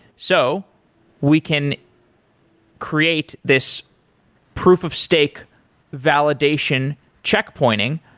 so we can create this proof of steak validation check pointing,